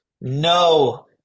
no